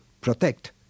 protect